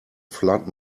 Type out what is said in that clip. flood